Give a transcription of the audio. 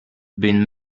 been